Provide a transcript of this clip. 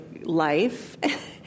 life